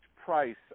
price